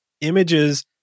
Images